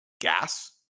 gas